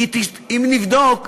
כי אם נבדוק,